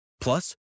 Plus